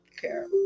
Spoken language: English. care